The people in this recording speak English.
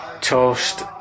Toast